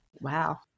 Wow